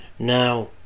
Now